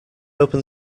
open